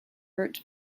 route